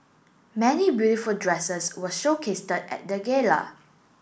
many beautiful dresses were showcased at the gala